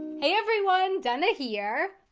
hey everyone, dana here!